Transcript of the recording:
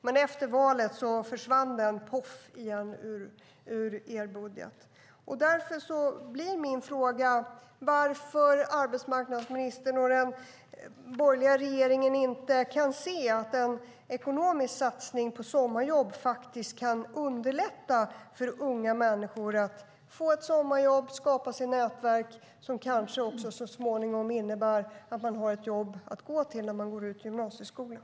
Men efter valet försvann de - poff! - ur er budget. Därför blir min fråga varför arbetsmarknadsministern och den borgerliga regeringen inte ser att en ekonomisk satsning på sommarjobb kan underlätta för unga människor att få ett sommarjobb och skapa sig nätverk som kanske så småningom innebär att man har ett jobb att gå till när man går ut gymnasieskolan.